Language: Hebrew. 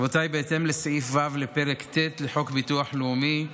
רבותיי, בהתאם לסעיף ו' לפרק ט' לחוק ביטוח לאומי,